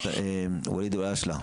ואליד אלהואשלה,